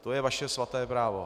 To je vaše svaté právo.